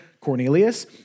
Cornelius